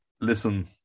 listen